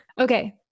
Okay